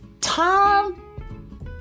Tom